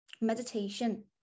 Meditation